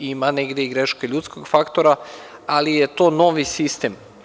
Ima negde greške i ljudskog faktora, ali je to novi sistem.